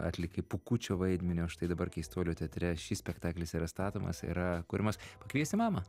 atlikai pūkučio vaidmenį o štai dabar keistuolių teatre šis spektaklis yra statomas yra kuriamas pakviesi mamą